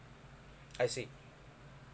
I see